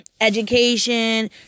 Education